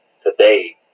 today